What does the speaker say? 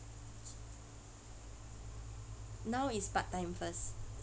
now is part time first